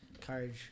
courage